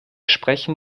sprechen